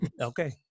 Okay